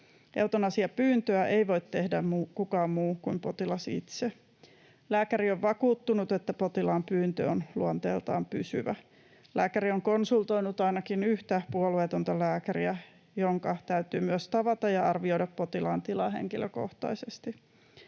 Eutanasiapyyntöä ei voi tehdä kukaan muu kuin potilas itse. Lääkäri on vakuuttunut, että potilaan pyyntö on luonteeltaan pysyvä. Lääkäri on konsultoinut ainakin yhtä puolueetonta lääkäriä, jonka täytyy myös tavata potilas ja arvioida tämän tila henkilökohtaisesti.